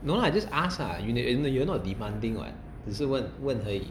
no lah just ask ah you are not demanding what 只是问问而已